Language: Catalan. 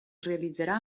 realitzarà